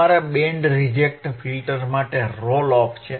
તમારા band reject filter માટે roll off છે